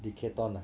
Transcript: Decathlon ah